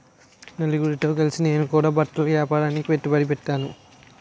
నలుగురితో కలిసి నేను కూడా బట్టల ఏపారానికి పెట్టుబడి పెట్టేను